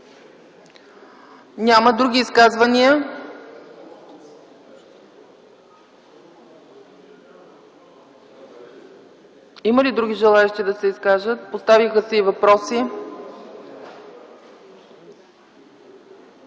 Няма. Други изказвания? Има ли други, желаещи да се изкажат? Поставиха се и въпроси.